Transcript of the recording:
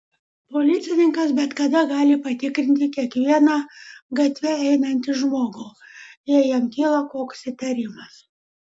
policininkas bet kada gali patikrinti kiekvieną gatve einantį žmogų jei jam kyla koks įtarimas